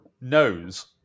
knows